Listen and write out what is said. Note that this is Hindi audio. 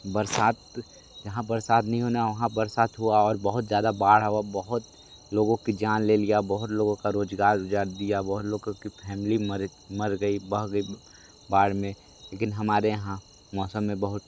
बरसात यहाँ बरसात नहीं होना वहाँ बरसात हुआ और बहुत ज़्यादा बाढ़ और बहुत ज़्यादा लोगों की जान ले लिया बहुत लोगों का रोज़गार उजाड़ दिया बहुत लोगों की फैमिली मर गई बह गई बाढ़ में लेकिन हमारे यहाँ मौसम में बहुत